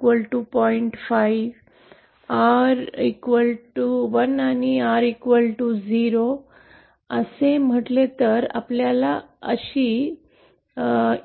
5 R बरोबर 1 आणि R0 असे म्हटले तर आपल्याला अशी